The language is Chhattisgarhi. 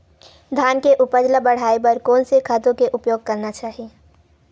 धान के उपज ल बढ़ाये बर कोन से खातु के उपयोग करना चाही?